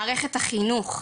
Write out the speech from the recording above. מערכת החינוך: